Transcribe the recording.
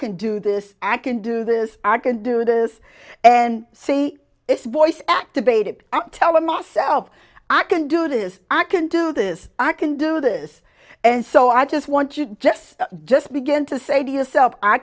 can do this akon do this i can do this and see it's voice activated i'm telling myself i can do this i can do this i can do this and so i just want you to just just begin to say to yourself i